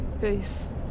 Peace